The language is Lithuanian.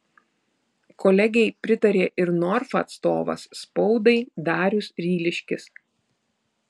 kolegei pritarė ir norfa atstovas spaudai darius ryliškis